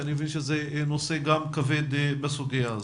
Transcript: שאני מבין שזה גם נושא כבד בסוגיה הזו.